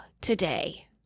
today